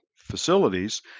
facilities